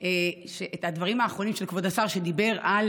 על הדברים האחרונים של כבוד השר, שדיבר על